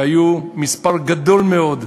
והיו מספר גדול מאוד,